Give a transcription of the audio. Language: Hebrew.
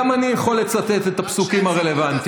גם אני יכול לצטט את הפסוקים הרלוונטיים.